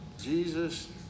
jesus